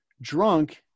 drunk